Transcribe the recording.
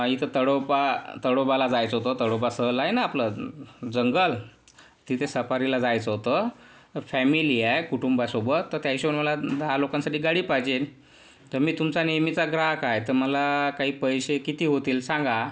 इथं तडोबा तडोबाला जायचं होतं तडोबा सहल आहे ना आपलं जंगल तिथे सफारीला जायचं होतं फॅमिली आहे कुटुंब आहे सोबत त्या हिशोबाने मला दहा लोकांसाठी गाडी पाहिजेन तर मी तुमचा नेहमीचा ग्राहक आहे तर मला काही पैसे किती होतील सांगा